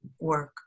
work